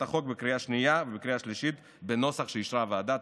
החוק בקריאה השנייה ובקריאה השלישית בנוסח שאישרה הוועדה.